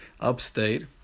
upstate